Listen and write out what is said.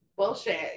bullshit